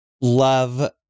love